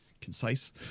concise